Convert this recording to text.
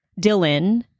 dylan